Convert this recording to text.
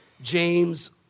James